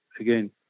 again